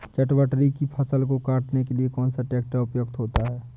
चटवटरी की फसल को काटने के लिए कौन सा ट्रैक्टर उपयुक्त होता है?